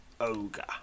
ogre